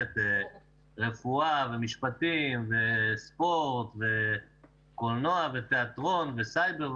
רפואה ומשפטים וספורט וקולנוע ותיאטרון וסייבר,